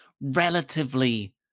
relatively